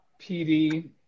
PD